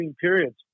periods